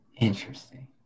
Interesting